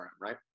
right